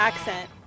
Accent